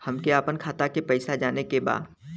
हमके आपन खाता के पैसा जाने के बा